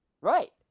Right